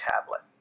tablet